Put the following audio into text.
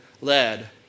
led